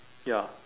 ya